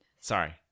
Sorry